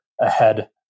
ahead